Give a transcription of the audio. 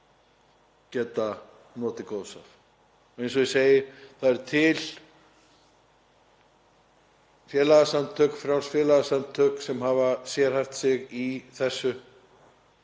geta notið góðs af. Eins og ég segi, það eru til félagasamtök, frjáls félagasamtök, sem hafa sérhæft sig í þessu.